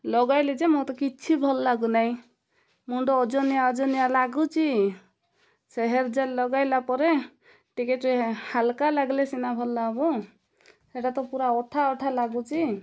ଲଗାଇଲି ଯେ ମୋତେ କିଛି ଭଲ ଲାଗୁନାଇଁ ମୁଣ୍ଡ ଓଜନିଆ ଓଜନିଆ ଲାଗୁଛି ସେ ହେୟାର୍ ଜେଲ ଲଗାଇଲା ପରେ ଟିକେ ଟ ହାଲୁକା ଲାଗିଲେ ସିନା ଭଲ ହବ ସେଇଟା ତ ପୁରା ଅଠା ଅଠା ଲାଗୁଛି